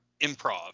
improv